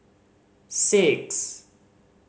six